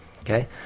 Okay